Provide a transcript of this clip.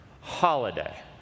holiday